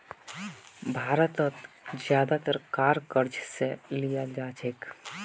भारत ज्यादातर कार क़र्ज़ स लीयाल जा छेक